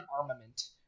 Armament